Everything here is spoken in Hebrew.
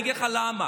אני אגיד לך למה,